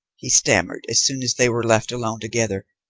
he stammered as soon as they were left alone together,